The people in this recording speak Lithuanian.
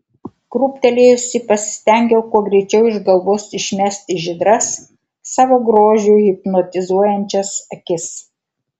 krūptelėjusi pasistengiau kuo greičiau iš galvos išmesti žydras savo grožiu hipnotizuojančias akis